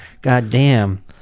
Goddamn